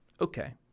okay